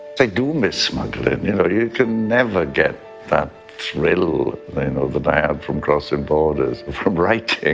i do miss smuggling you know you could never get that thrill that i had from crossing borders from writing!